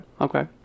okay